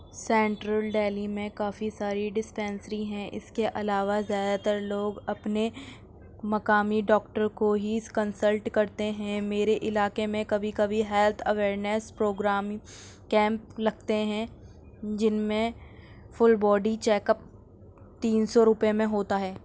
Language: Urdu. سینٹرل ڈلہی میں کافی ساری ڈسپنسری ہیں اس کے علاوہ زیادہ تر لوگ اپنے مقامی ڈاکٹر کو ہیس کنسلٹ کرتے ہیں میرے علاقے میں کبھی کبھی ہیلتھ اویرنیس پروگرام کیمپ لگتے ہیں جن میں فل باڈی چیک اپ تین سو روپئے میں ہوتا ہے